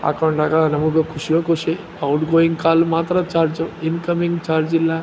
ಹಾಕೊಂಡಾಗ ನಮಗೂ ಖುಷಿಯೋ ಖುಷಿ ಔಟ್ಗೋಯಿಂಗ್ ಕಾಲು ಮಾತ್ರ ಚಾರ್ಜು ಇನ್ಕಮಿಂಗ್ ಚಾರ್ಜಿಲ್ಲ